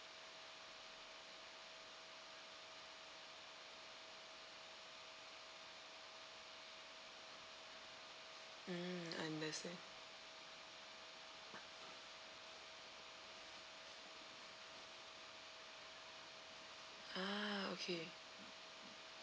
mm understand ah okay